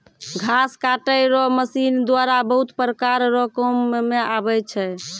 घास काटै रो मशीन द्वारा बहुत प्रकार रो काम मे आबै छै